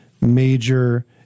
major